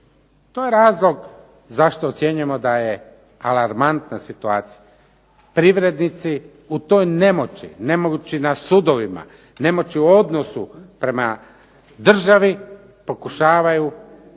To je razlog zašto ocjenjujemo da je alarmantna situacija. Privrednici u toj nemoći, nemoći na sudovima, nemoći u odnosu prema državi pokušavaju